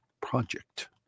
Project